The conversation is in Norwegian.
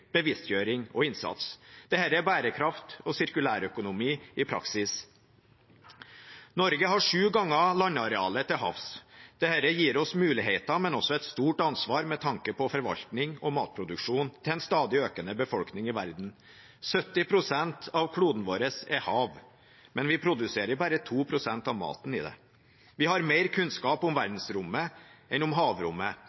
bevisstgjøring og innsats. Dette er bærekraft og sirkulærøkonomi i praksis. Norge har sju ganger landarealet til havs. Dette gir oss muligheter, men også et stort ansvar, med tanke på forvaltning og matproduksjon til en stadig økende befolkning i verden. 70 pst. av kloden vår er hav. Men vi produserer bare 2 pst. av maten i det. Vi har mer kunnskap om